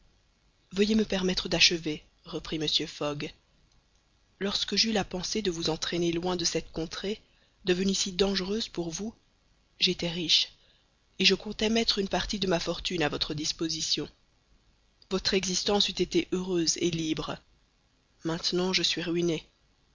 veuillez me permettre d'achever reprit mr fogg lorsque j'eus la pensée de vous entraîner loin de cette contrée devenue si dangereuse pour vous j'étais riche et je comptais mettre une partie de ma fortune à votre disposition votre existence eût été heureuse et libre maintenant je suis ruiné